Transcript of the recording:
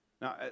Now